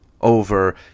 over